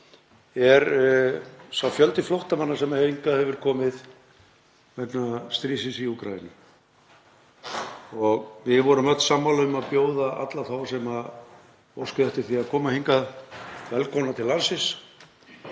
er sá fjöldi flóttamanna sem hingað hefur komið vegna stríðsins í Úkraínu. Við vorum öll sammála um að bjóða alla þá sem óska eftir því að koma hingað velkomna til landsins